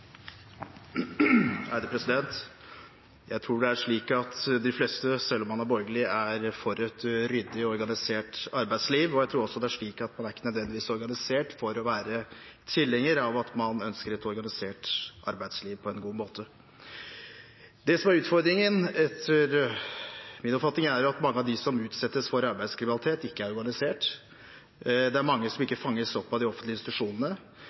er for et ryddig og organisert arbeidsliv. Jeg tror også at man ikke nødvendigvis trenger å være organisert for å være tilhenger av og ønsker et arbeidsliv som er organisert på en god måte. Det som er utfordringen, er etter min oppfatning at mange av dem som utsettes for arbeidslivskriminalitet, ikke er organisert. Det er mange som ikke fanges opp av de offentlige institusjonene.